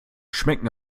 schmecken